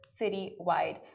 citywide